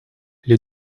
les